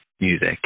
music